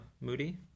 Moody